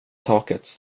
taket